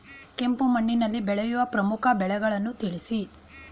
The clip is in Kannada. ಕೆಂಪು ಮಣ್ಣಿನಲ್ಲಿ ಬೆಳೆಯುವ ಪ್ರಮುಖ ಬೆಳೆಗಳನ್ನು ತಿಳಿಸಿ?